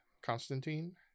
Constantine